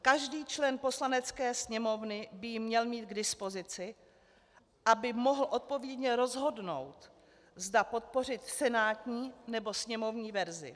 Každý člen Poslanecké sněmovny by ji měl mít k dispozici, aby mohl odpovědně rozhodnout, zda podpořit senátní, nebo sněmovní verzi.